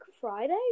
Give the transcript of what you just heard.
Friday